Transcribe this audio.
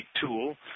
tool